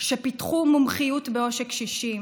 שפיתחו מומחיות בעושק קשישים.